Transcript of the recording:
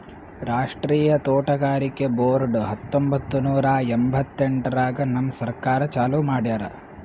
ರಾಷ್ಟ್ರೀಯ ತೋಟಗಾರಿಕೆ ಬೋರ್ಡ್ ಹತ್ತೊಂಬತ್ತು ನೂರಾ ಎಂಭತ್ತೆಂಟರಾಗ್ ನಮ್ ಸರ್ಕಾರ ಚಾಲೂ ಮಾಡ್ಯಾರ್